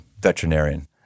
veterinarian